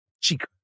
Chica